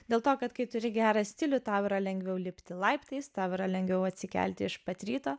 dėl to kad kai turi gerą stilių tau yra lengviau lipti laiptais tau yra lengviau atsikelti iš pat ryto